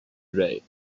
ray